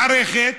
למערכת?